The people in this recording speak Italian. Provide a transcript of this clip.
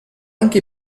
anche